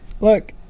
Look